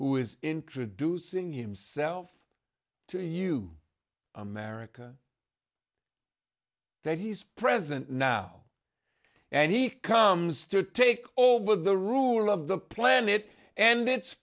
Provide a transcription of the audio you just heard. who is introducing himself to you america that he's present now and he comes to take over the rule of the planet and it